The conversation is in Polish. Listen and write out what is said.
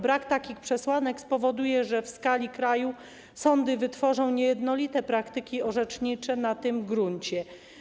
Brak takich przesłanek spowoduje, że w skali kraju sądy wytworzą niejednolite praktyki orzecznicze na tym gruncie.